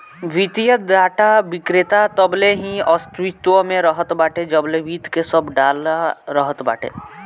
वित्तीय डाटा विक्रेता तबले ही अस्तित्व में रहत बाटे जबले वित्त के सब डाला रहत बाटे